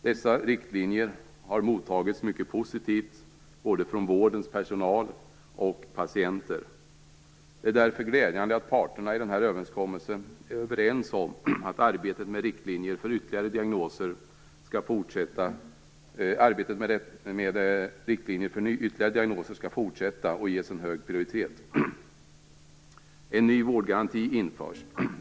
Dessa riktlinjer har mottagits mycket positivt av både vårdens personal och patienter. Det är därför glädjande att parterna i den här överenskommelsen är överens om att arbetet med riktlinjer för ytterligare diagnoser skall fortsätta och ges en hög prioritet. En ny vårdgaranti införs.